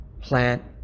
plant